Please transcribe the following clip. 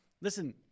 listen